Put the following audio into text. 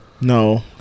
No